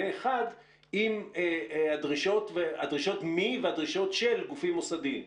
אחד עם הדרישות מהגופים המוסדיים והדרישות של הגופים המוסדיים?